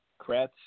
Kratz